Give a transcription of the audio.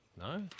No